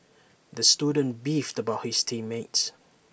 the student beefed about his team mates